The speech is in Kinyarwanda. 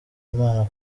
imana